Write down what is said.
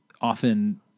often